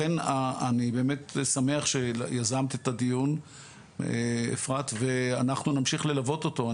לכן אני באמת שמח שיזמת את הדיון אפרת ואנחנו נמשיך ללוות אותו.